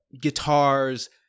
guitars